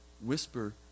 whisper